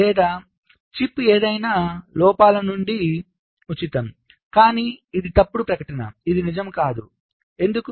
లేదా చిప్ ఏదైనా లోపాల నుండి ఉచితం కానీ ఇది తప్పుడు ప్రకటన ఇది నిజం కాదుఎందుకు